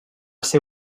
ser